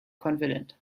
confident